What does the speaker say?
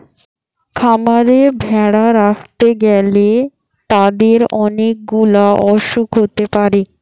খামারে ভেড়া রাখতে গ্যালে তাদের অনেক গুলা অসুখ হতে পারে